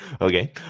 okay